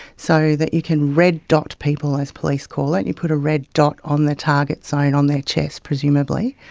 so that you can red dot people, as police call it, you put a red dot on the target zone, on their chest presumably,